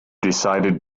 decided